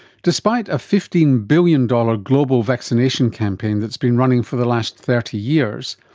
despite a fifteen billion dollars global vaccination campaign that's been running for the last thirty years,